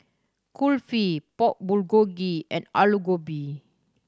Kulfi Pork Bulgogi and Alu Gobi